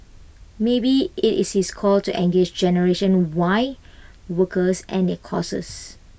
maybe IT is his call to engage generation Y workers and their causes